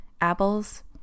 Apples